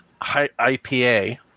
IPA